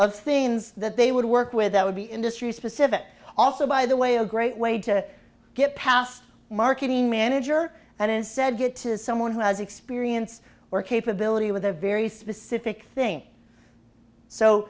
that they would work with that would be industry specific also by the way a great way to get past marketing manager and said get to someone who has experience or capability with a very specific thing so